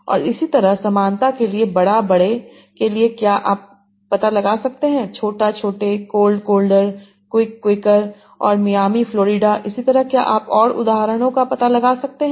और इसी तरह समानता के लिए बड़ा बड़े के लिए क्या आप पता लगा सकते हैं छोटा छोटे cold colder quick quicker Miami मियामी फ्लोरिडा इसी तरह क्या आप और उदाहरणों का पता लगा सकते हैं